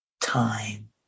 time